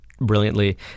brilliantly